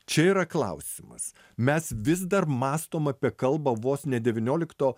čia yra klausimas mes vis dar mąstom apie kalbą vos ne devyniolikto